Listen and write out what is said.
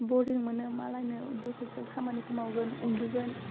बरिं मोनो दसेथ' खामानिखौ मावगोन उन्दुगोन